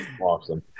awesome